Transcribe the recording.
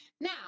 now